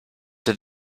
did